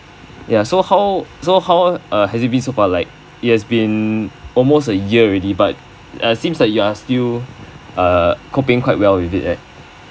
ya so how so how uh has it been so far like it has been almost a year already but seems like you're still uh coping quite well with it right